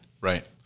right